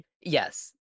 Yes